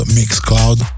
mixcloud